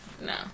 no